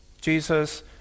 Jesus